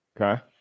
Okay